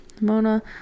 mona